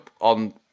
on